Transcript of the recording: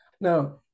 Now